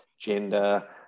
gender